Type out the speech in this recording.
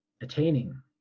attaining